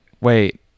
Wait